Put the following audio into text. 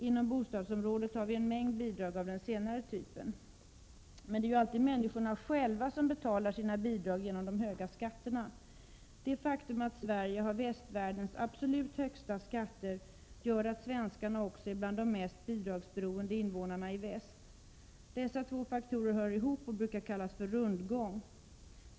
Inom bostadsområdet har vi en mängd bidrag av den senare typen. Det är emellertid alltid människorna själva som betalar sina bidrag genom de höga skatterna. Det faktum att Sverige har västvärldens absolut högsta skatter gör att svenskarna också är bland de mest bidragsberoende invånarna i väst. Dessa två faktorer hör ihop och brukar kallas för rundgång.